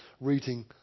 reading